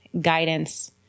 guidance